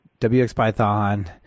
WXPython